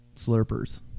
slurpers